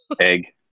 Egg